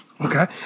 Okay